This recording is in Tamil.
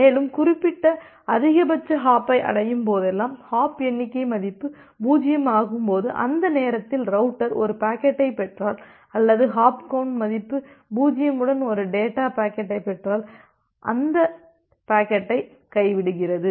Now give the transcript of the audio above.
மேலும் குறிப்பிட்ட அதிகபட்ச ஹாப்பை அடையும் போதெல்லாம் ஹாப் எண்ணிக்கை மதிப்பு 0 ஆகும்போது அந்த நேரத்தில் ரவுட்டர் ஒரு பாக்கெட்டைப் பெற்றால் அல்லது ஹாப் கவுண்ட் மதிப்பு 0 உடன் ஒரு டேட்டா பாக்கெட்டைப் பெற்றால் அது அந்த பாக்கெட்டைக் கைவிடுகிறது